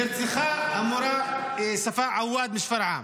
לפני שלושה שבועות נרצחה המורה ספאא עוואד משפרעם.